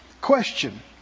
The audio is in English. question